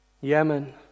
Yemen